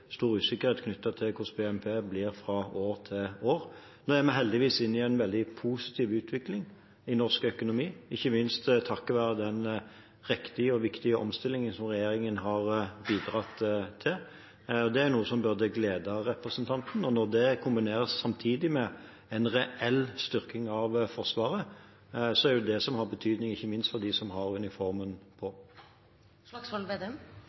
heldigvis inne i en veldig positiv utvikling i norsk økonomi, ikke minst takket være den riktige og viktige omstillingen som regjeringen har bidratt til. Det er noe som burde glede representanten, og når det samtidig kombineres med en reell styrking av forsvaret, er det det som har betydning, ikke minst for dem som har uniformen